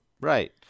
Right